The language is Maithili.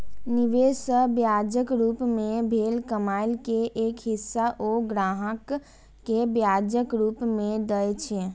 निवेश सं ब्याजक रूप मे भेल कमाइ के एक हिस्सा ओ ग्राहक कें ब्याजक रूप मे दए छै